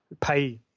pay